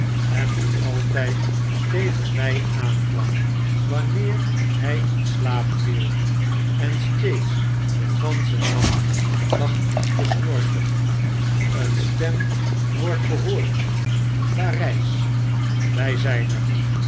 en die altyd tegen mij aankwam wanneer hy in slaap viel en steeds den ganschen nacht lag te snorken een stem wordt gehoord parys wy zyn er